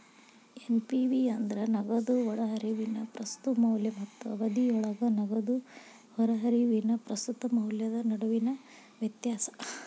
NPV ಅಂದ್ರ ನಗದು ಒಳಹರಿವಿನ ಪ್ರಸ್ತುತ ಮೌಲ್ಯ ಮತ್ತ ಅವಧಿಯೊಳಗ ನಗದು ಹೊರಹರಿವಿನ ಪ್ರಸ್ತುತ ಮೌಲ್ಯದ ನಡುವಿನ ವ್ಯತ್ಯಾಸ